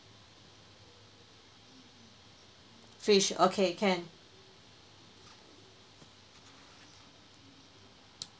fish okay can